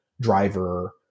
driver